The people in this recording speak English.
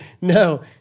no